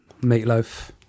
Meatloaf